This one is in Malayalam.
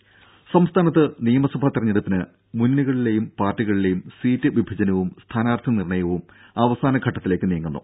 രുഭ സംസ്ഥാനത്ത് നിയമസഭാ തെരഞ്ഞെടുപ്പിന് മുന്നണികളിലേയും പാർട്ടികളിലേയും സീറ്റ് വിഭജനവും സ്ഥാനാർത്ഥി നിർണയവും അവസാനഘട്ടത്തിലേക്ക് നീങ്ങുന്നു